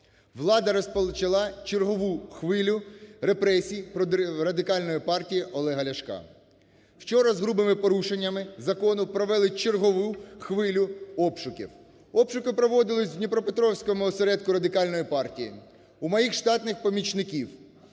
Влада розпочала чергову хвилю репресій проти Радикальної партії Олега Ляшка. Вчора з грубими порушеннями закону провели чергову хвилю обшуків. Обшуки проводились в Дніпропетровському осередку Радикальної партії у моїх штатних помічників,